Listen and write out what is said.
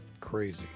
crazy